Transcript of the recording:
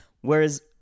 Whereas